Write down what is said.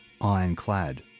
ironclad